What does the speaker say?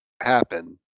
happen